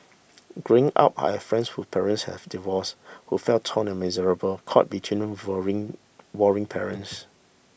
growing up I had friends who parents had divorced who felt torn and miserable caught between warring parents